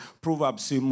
Proverbs